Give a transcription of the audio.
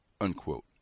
unquote